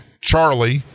Charlie